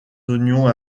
oignons